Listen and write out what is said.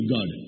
God